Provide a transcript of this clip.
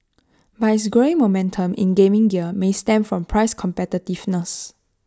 but its growing momentum in gaming gear may stem from price competitiveness